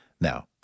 Now